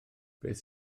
beth